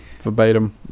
verbatim